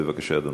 בבקשה, אדוני.